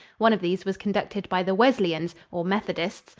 one of these was conducted by the wesleyans, or methodists,